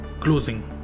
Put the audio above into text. closing